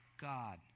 God